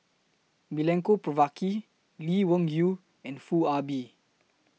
Milenko Prvacki Lee Wung Yew and Foo Ah Bee